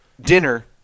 dinner